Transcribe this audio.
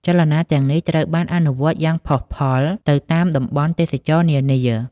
ចលនាទាំងនេះត្រូវបានអនុវត្តយ៉ាងផុសផុលនៅតាមតំបន់ទេសចរណ៍នានា។